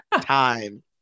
time